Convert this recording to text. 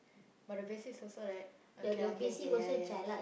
but the basics also like okay ah okay okay ya ya